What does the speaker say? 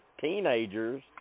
teenagers